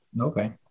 Okay